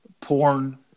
porn